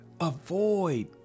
avoid